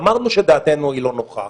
אמרנו שדעתנו לא נוחה,